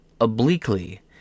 obliquely